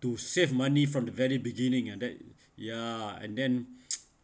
to save money from the very beginning ah that ya and then